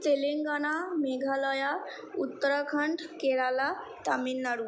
Telangana Meghalaya Uttarakhand Kerala Tamil Nadu